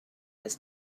was